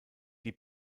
die